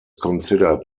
considered